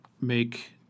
make